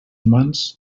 humans